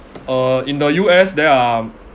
uh in the U_S there are